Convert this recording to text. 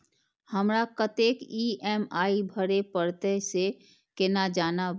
हमरा कतेक ई.एम.आई भरें परतें से केना जानब?